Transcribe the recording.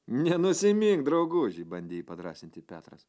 nenusimink drauguži bandė jį padrąsinti petras